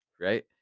right